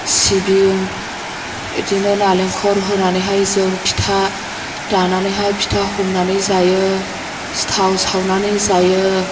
सिबिं इदिनो नालेंखर होनानैहाय जों फिथा दानानैहाय फिथा हमनानै जायो सिथाव सावनानै जायो